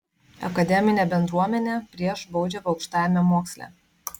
akademinė bendruomenė prieš baudžiavą aukštajame moksle